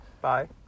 Bye